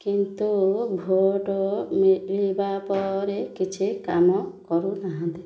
କିନ୍ତୁ ଭୋଟ୍ ମିଳିବା ପରେ କିଛି କାମ କରୁନାହାନ୍ତି